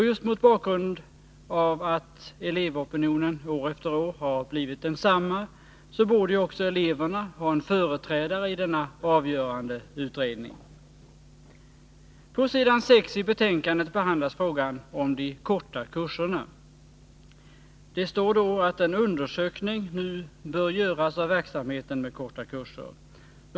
Just mot bakgrunden av att elevopinionen år efter år har blivit densamma, borde också eleverna ha en företrädare i den avgörande utredning som tillsatts. På s. 6i betänkandet behandlas frågan om de korta kurserna. Det står där att en undersökning nu bör göras av verksamheten med korta kurser.